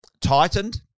tightened